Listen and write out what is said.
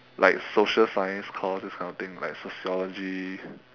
like social science course this kind of thing like sociology